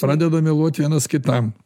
pradeda meluot vienas kitam